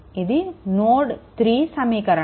ఇది నోడ్3 సమీకరణం